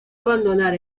abandonar